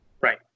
right